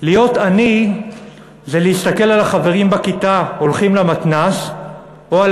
"להיות עני זה להסתכל על החברים בכיתה הולכים למתנ"ס או על